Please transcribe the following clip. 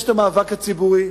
יש המאבק הציבורי,